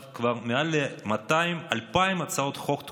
כבר מעל 2,000 הצעות חוק תקועות,